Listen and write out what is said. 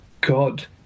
God